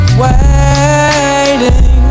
waiting